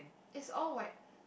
is all white